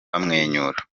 bamwenyura